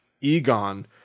Egon –